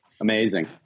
Amazing